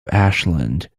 ashland